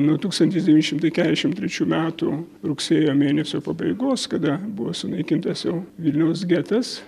nuo tūkstantis devyni šimtai keturiasdešimt trečių metų rugsėjo mėnesio pabaigos kada buvo sunaikintas jau vilniaus getas